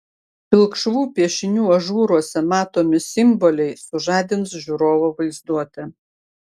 pilkšvų piešinių ažūruose matomi simboliai sužadins žiūrovo vaizduotę